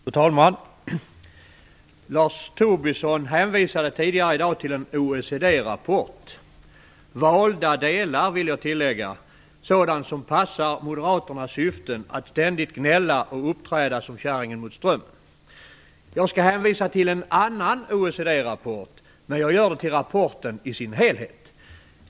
Fru talman! Lars Tobisson hänvisade tidigare i dag till en OECD-rapport - till valda delar i den, vill jag tillägga, till sådant som passar moderaternas syfte att ständigt gnälla och uppträda som käringen mot strömmen. Jag skall hänvisa till en annan OECD rapport, men jag gör det till rapporten i dess helhet.